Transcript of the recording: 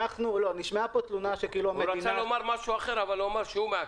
ניסה לומר משהו אחר, אבל אמר שהוא מעכב.